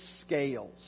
scales